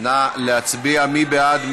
נא להצביע, מי בעד?